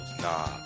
Nah